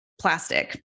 plastic